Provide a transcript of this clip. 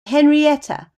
henrietta